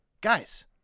guys